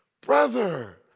brother